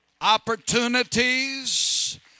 Opportunities